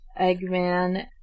Eggman